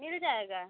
मिल जाएगा